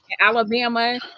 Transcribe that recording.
Alabama